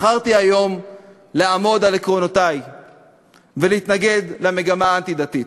בחרתי היום לעמוד על עקרונותי ולהתנגד למגמה האנטי-דתית.